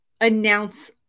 announce